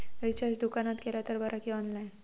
Recharge दुकानात केला तर बरा की ऑनलाइन?